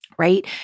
Right